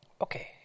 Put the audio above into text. Okay